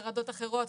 חרדות אחרות,